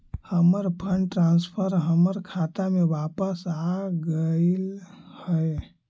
हमर fund transfer हमर खाता में वापस आगईल हे